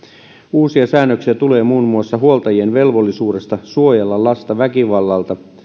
uusia säännöksiä tulee muun muassa huoltajien velvollisuudesta suojella lasta väkivallalta